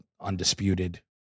Undisputed